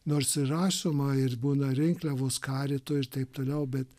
nors rašoma ir buvo na rinkliavos karito ir taip toliau bet